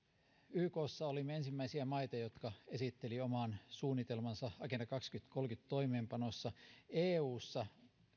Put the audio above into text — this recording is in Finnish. ykssa olimme ensimmäisiä maita jotka esittelivät oman suunnitelmansa agenda kaksituhattakolmekymmentä toimeenpanossa eussa